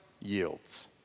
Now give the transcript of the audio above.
yields